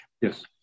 Yes